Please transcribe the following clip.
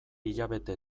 hilabete